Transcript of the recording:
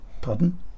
Pardon